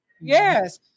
yes